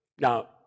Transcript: now